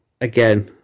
again